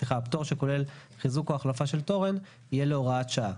פטור שכולל חיזוק או החלפה של תורן יהיה להוראת שעה.